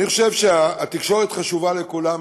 אני חושב שהתקשורת חשובה לכולם,